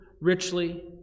richly